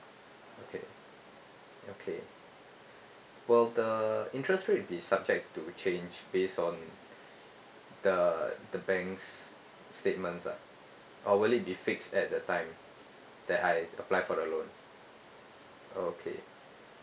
okay okay will the interest rate be subject to change based on the the bank statements ah or will it be fixed at the time that I apply for the loan okay